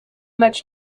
much